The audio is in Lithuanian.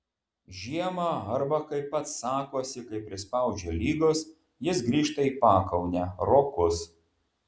žiemą arba kaip pats sakosi kai prispaudžia ligos jis grįžta į pakaunę rokus